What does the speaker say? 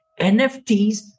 NFTs